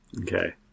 Okay